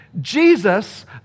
Jesus